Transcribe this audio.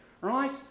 Right